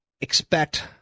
expect